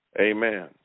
amen